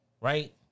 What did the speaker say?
right